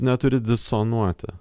neturi disonuoti